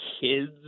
kids